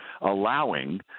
allowing